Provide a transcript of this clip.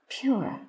pure